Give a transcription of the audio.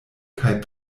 kaj